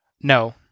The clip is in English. No